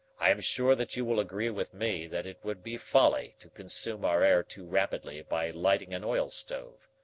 i am sure that you will agree with me that it would be folly to consume our air too rapidly by lighting an oil-stove.